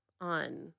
on